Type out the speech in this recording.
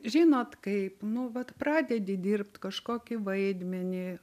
žinot kaip nu vat pradedi dirbt kažkokį vaidmenį